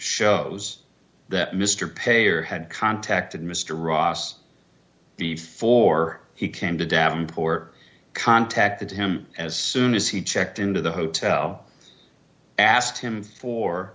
shows that mr payer had contacted mr ross before he came to davenport contacted him as soon as he checked into the hotel asked him for